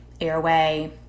airway